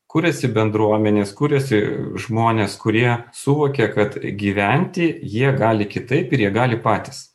kuriasi bendruomenės kuriasi žmonės kurie suvokia kad gyventi jie gali kitaip ir jie gali patys